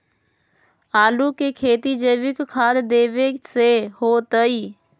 आलु के खेती जैविक खाध देवे से होतई?